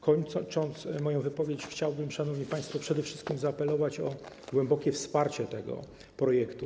Kończąc moją wypowiedź, chciałbym, szanowni państwo, przede wszystkim zaapelować o głębokie wsparcie tego projektu.